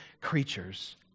creatures